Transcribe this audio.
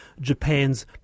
Japan's